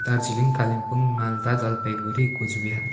Darjeeling Kalimpong Malda Jalpaiguri Cooch Bihar